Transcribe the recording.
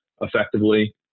effectively